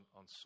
on